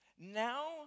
Now